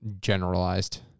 generalized